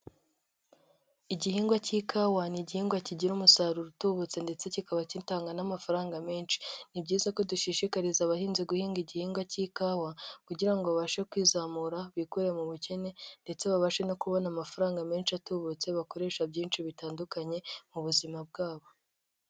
Igihingwa cy'ikawa ni igihingwa kigira umusaruro utubutse ndetse kikaba gitanga n'amafaranga menshi, ni byiza ko dushishikariza abahinzi guhinga igihingwa cy'ikawa kugira ngo babashe kwizamura bikure mu bukene ndetse babashe no kubona amafaranga menshi atubutse bakoresha byinshi bitandukanye mu buzima bwabo.